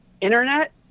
internet